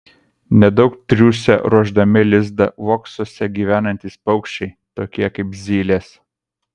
nedaug triūsia ruošdami lizdą uoksuose gyvenantys paukščiai tokie kaip zylės